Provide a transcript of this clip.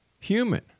human